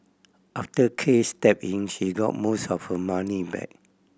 after Case stepped in she got most of her money back